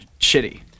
shitty